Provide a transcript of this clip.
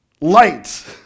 light